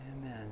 Amen